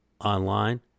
online